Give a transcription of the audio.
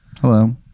Hello